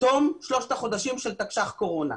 תום שלושת החודשים של תקש"ח קורונה.